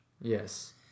Yes